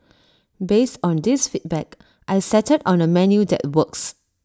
based on these feedback I settled on A menu that works